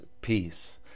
peace